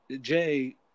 Jay